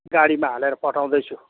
गाडीमा हालेर पठाउँदैछु